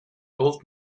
old